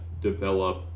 develop